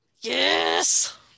Yes